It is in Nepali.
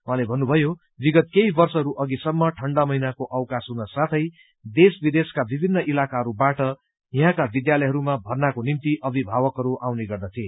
उहाँले भन्नुभयो विगत केही वर्षहरू अधिसम्म ठण्डा महिनाको अवकाश हुनसाथै देश विदेशका विभिन्न इलाकाहरूबाट यहाँका विद्यालयहरूमा भर्नाको निम्ति अभिभावकहरू आउने गर्दथे